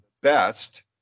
best